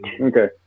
Okay